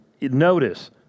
Notice